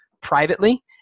privately